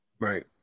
Right